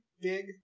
big